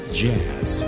jazz